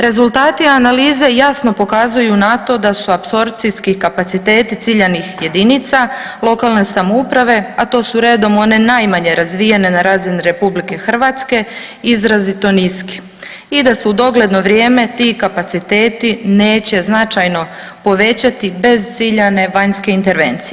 Rezultati analize jasno pokazuju na to da su apsorpcijski kapaciteti ciljanih jedinica lokalne samouprave, a to su redom one najmanje razvijene na razini RH izrazito niske i da se u dogledno vrijeme ti kapaciteti neće značajno povećati bez ciljane vanjske intervencije.